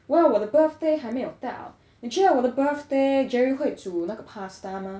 我的 birthday 还没有到你觉得我的 birthday jerry 会煮那个 pasta 吗